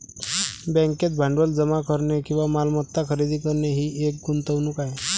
बँकेत भांडवल जमा करणे किंवा मालमत्ता खरेदी करणे ही एक गुंतवणूक आहे